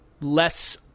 less